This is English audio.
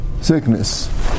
sickness